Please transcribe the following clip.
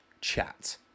chat